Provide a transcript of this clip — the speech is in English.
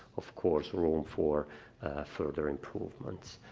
of course, room for further improvements.